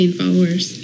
followers